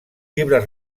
llibres